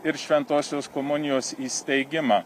ir šventosios komunijos įsteigimą